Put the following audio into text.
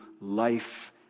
life